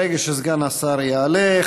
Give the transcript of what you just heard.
ברגע שסגן השר יעלה,